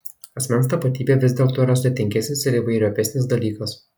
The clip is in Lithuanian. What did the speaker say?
asmens tapatybė vis dėlto yra sudėtingesnis ir įvairiopesnis dalykas